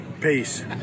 Peace